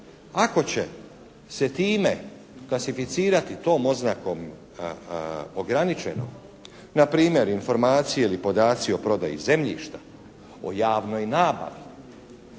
ako će se time klasificirati tom oznakom ograničeno na primjer informacije ili podaci o prodaji zemljišta, o javnoj nabavi,